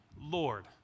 Lord